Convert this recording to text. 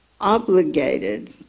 obligated